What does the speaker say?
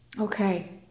Okay